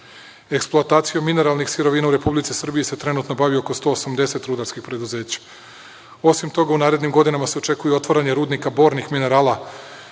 energije. Eksploatacijom mineralnih sirovina u Republici Srbiji se trenutno bavi oko 180 rudarskih preduzeća. Osim toga, u narednim godinama se očekuje otvaranje rudnika bornih minerala,